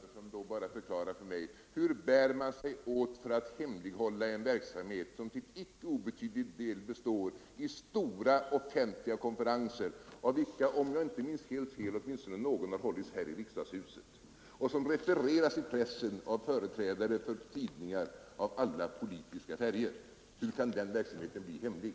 Herr talman! Vill då herr Sten Andersson till sist bara förklara för mig: Hur bär man sig åt för att hemlighålla en verksamhet som till icke obetydlig del består av stora, offentliga konferenser, av vilka — om jag inte minns fel — åtminstone någon har hållits här i riksdagshuset, och som refereras i tidningar av alla politiska färger? Hur kan den verksamheten bli hemlig?